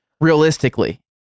realistically